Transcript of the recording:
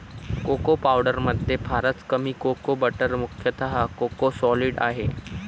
cocoa पावडरमध्ये फारच कमी कोको बटर मुख्यतः कोको सॉलिड आहे